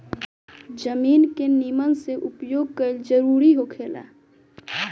जमीन के निमन से उपयोग कईल जरूरी होखेला